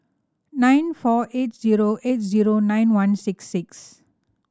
nine four eight zero eight zero nine one six six